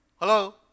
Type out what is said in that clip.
Hello